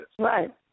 Right